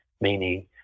meaning